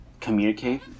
communicate